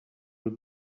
will